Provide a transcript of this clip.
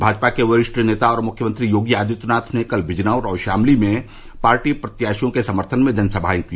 भाजपा के वरिष्ठ नेता और मुख्यमंत्री योगी आदित्यनाथ ने कल बिजनौर और शामली में पार्टी प्रत्याशियों के समर्थन में जनसभाएं की